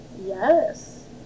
Yes